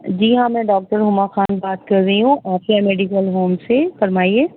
جی ہاں میں ڈاکٹر ہما خان بات کر رہی ہوں عافیہ میڈیکل ہوم سے فرمائیے